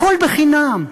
הכול בחינם,